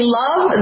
love